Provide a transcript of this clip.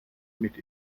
mit